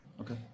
Okay